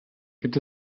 gibt